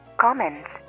comments